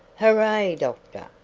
hurray, doctor!